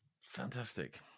fantastic